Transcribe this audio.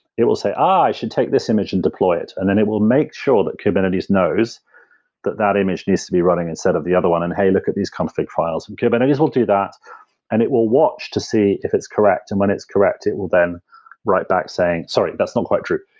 it will say, ah, i should take this image and deploy it. and then it will make sure that kubernetes knows that that image needs to be running instead of the other one. and hey, look at these config files and kubernetes will do that and it will watch to see if it's correct. and when it's correct, it will then write back saying, sorry, that's not quite true.